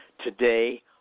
Today